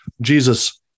Jesus